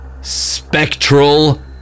Spectral